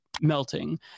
melting